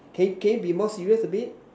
can you can you be more serious a bit